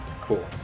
Cool